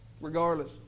Regardless